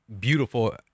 beautiful